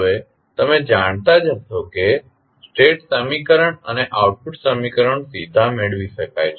હવે તમે જાણતા જ હશો કે સ્ટેટ સમીકરણ અને આઉટપુટ સમીકરણો સીધા મેળવી શકાય છે